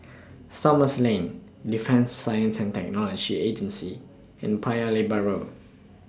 Thomson Lane Defence Science and Technology Agency and Paya Lebar Road